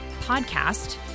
podcast